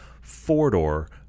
four-door